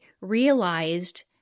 realized